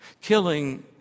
killing